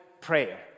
prayer